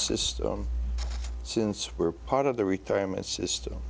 system since we're part of the retirement system